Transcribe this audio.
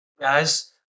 guys